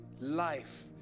life